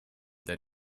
that